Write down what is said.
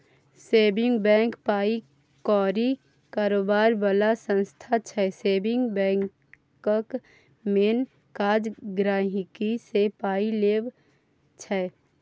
saving bank पाइ कौरी कारोबार बला संस्था छै सेबिंग बैंकक मेन काज गांहिकीसँ पाइ लेब छै